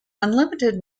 unlimited